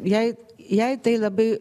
jai jai tai labai